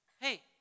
hey